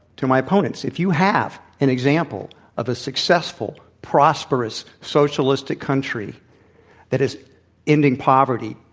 to my opponents, if you have an example of a successful, prosperous socialistic country that is ending poverty,